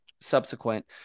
subsequent